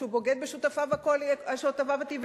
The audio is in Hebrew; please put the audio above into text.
שהוא בוגד בשותפיו הטבעיים,